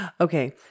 Okay